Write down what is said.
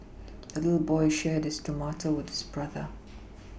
the little boy shared his tomato with his brother